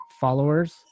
followers